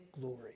glory